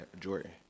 Jordan